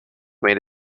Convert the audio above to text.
made